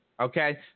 Okay